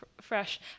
fresh